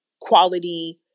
quality